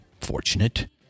fortunate